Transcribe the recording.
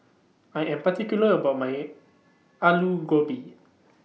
I Am particular about My Aloo Gobi